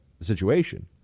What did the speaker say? situation